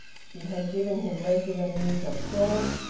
she had given him regular news of george,